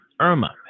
Irma